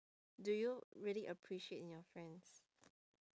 do you really appreciate in your friends